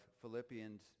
Philippians